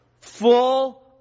full